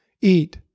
eat